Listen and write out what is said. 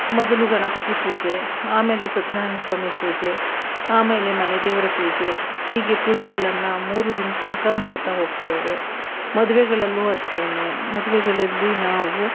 ಮೊದಲು ಗಣಪತಿ ಪೂಜೆ ಆಮೇಲೆ ಸತ್ಯನಾರಾಯ್ಣ ಸ್ವಾಮಿ ಪೂಜೆ ಆಮೇಲೆ ಮನೆ ದೇವರ ಪೂಜೆ ಹೀಗೆ ಪೂಜೆಗಳನ್ನ ಆ ಮೂರು ದಿನ್ದ ತನಕ ಮಾಡ್ತಾ ಹೋಗ್ತೇವೆ ಮದುವೆಗಳಲ್ಲೂ ಅಷ್ಟೇನೆ ಮದುವೆಗಳಲ್ಲಿ ನಾವು